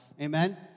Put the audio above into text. Amen